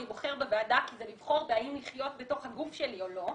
אני בוחר בוועדה כי זה לבחור באם לחיות בתוך הגוף שלי או לא,